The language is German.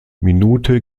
minute